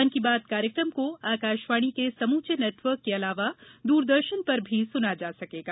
मन की बात कार्यक्रम को आकाशवाणी के समूचे नेटवर्क के अलावा द दूरदर्शन पर भी सुना जा सकेगा